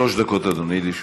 שלוש דקות, אדוני, לרשותך.